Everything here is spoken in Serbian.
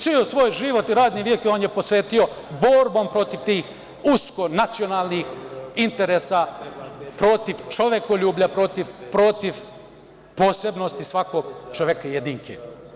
Ceo svoj život i radni vek on je posvetio borbom protiv tih usko nacionalnih interesa protiv čovekoljublja, protiv posebnosti svakog čoveka jedinke.